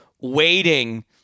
waiting